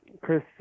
Chris